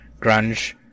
grunge